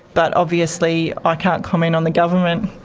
but obviously i can't comment on the government.